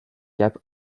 cape